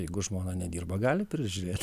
jeigu žmona nedirba gali prižiūrėti